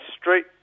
street